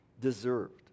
deserved